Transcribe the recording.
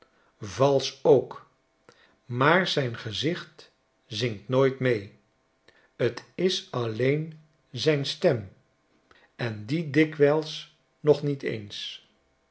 valsch ook maar zijn gezicht zingt nooit mee t is alleen zijn stem en die dikwijls nog niet eens